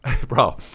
bro